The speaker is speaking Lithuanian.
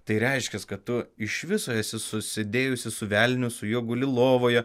tai reiškia kad tu iš viso esi susidėjusi su velniu su juo guli lovoje